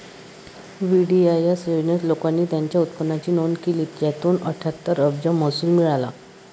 VDIS योजनेत, लोकांनी त्यांच्या उत्पन्नाची नोंद केली, ज्यातून अठ्ठ्याहत्तर अब्ज महसूल मिळाला